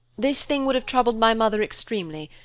this thing would have troubled my mother extremely,